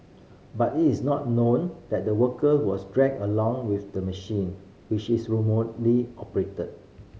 but it is not known that the worker was dragged along with the machine which is remotely operated